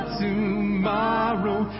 tomorrow